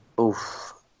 Oof